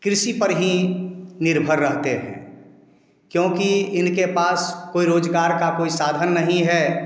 कृषि पर ही निर्भर रहते हैं क्योंकि इनके पास कोई रोजगार का कोई साधन नहीं है